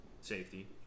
safety